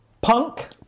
Punk